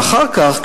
ואחר כך,